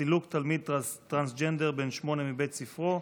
סילוק תלמיד טרנסג'נדר בן שמונה מבית ספרו.